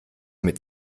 mit